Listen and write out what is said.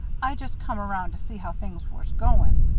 i just come around to see how things was going.